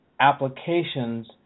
applications